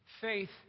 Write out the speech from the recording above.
Faith